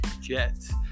Jets